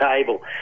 table